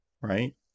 right